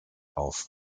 auf